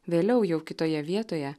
vėliau jau kitoje vietoje